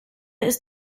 ist